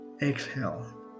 Exhale